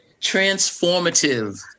transformative